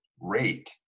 rate